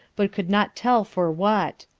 but could not tell for what.